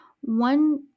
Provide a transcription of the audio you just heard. one